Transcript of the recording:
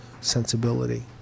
sensibility